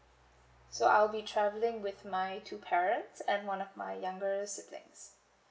so I'll be travelling with my two parents and one of my younger siblings